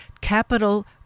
Capital